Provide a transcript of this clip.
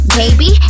baby